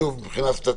שוב, מבחינה סטטוטורית